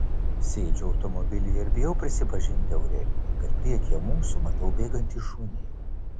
sėdžiu automobilyje ir bijau prisipažinti aurelijui kad priekyje mūsų matau bėgantį šunį